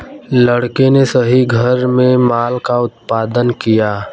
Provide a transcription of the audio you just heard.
लड़के ने सही घर में माल का उत्पादन किया